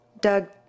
Doug